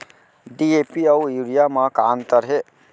DAP अऊ urea म का अंतर हे?